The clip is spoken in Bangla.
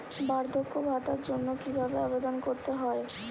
বার্ধক্য ভাতার জন্য কিভাবে আবেদন করতে হয়?